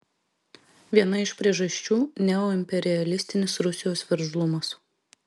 viena iš priežasčių neoimperialistinis rusijos veržlumas